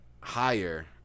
higher